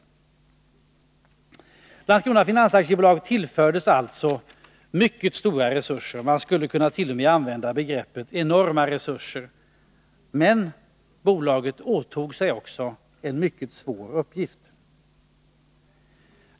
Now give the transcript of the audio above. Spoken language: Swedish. Landskrona Finans AB tillfördes mycket stora resurser. Man skulle t.o.m. kunna använda begreppet enorma resurser. Men bolaget åtog sig också en mycket svår uppgift.